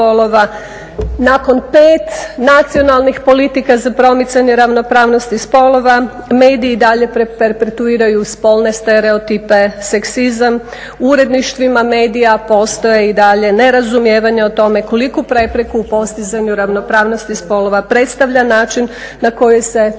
nakon 5 nacionalnih politika za promicanje ravnopravnosti spolova mediji i dalje perpetuiraju spolne stereotipe, seksizam, u uredništvima medija postoje i dalje nerazumijevanja o tome koliku prepreku u postizanju ravnopravnosti spolova predstavlja način na koji se prikazuju